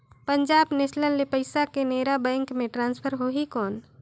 Punjab national ले पइसा Canara bank मे ट्रांसफर होहि कौन?